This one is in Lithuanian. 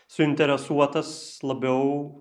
suinteresuotas labiau